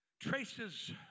Traces